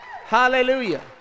Hallelujah